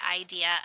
idea